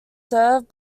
served